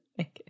Okay